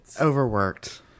Overworked